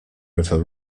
river